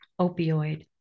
opioid